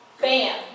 bam